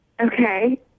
Okay